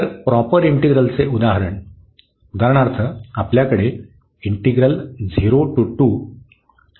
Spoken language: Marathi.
तर प्रॉपर इंटिग्रलचे उदाहरणः उदाहरणार्थ आपल्याकडे येथे आहे